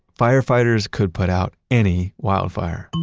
firefighters could put out any wildfire.